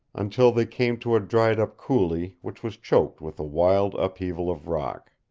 until they came to a dried-up coulee which was choked with a wild upheaval of rock.